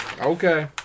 Okay